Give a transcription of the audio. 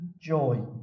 joy